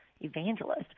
evangelist